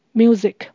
music